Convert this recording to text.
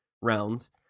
rounds